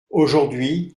aujourd’hui